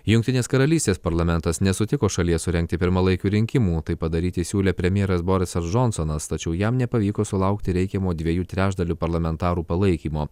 jungtinės karalystės parlamentas nesutiko šalyje surengti pirmalaikių rinkimų tai padaryti siūlė premjeras borisas džonsonas tačiau jam nepavyko sulaukti reikiamo dviejų trečdalių parlamentarų palaikymo